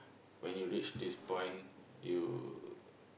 when you reach this point you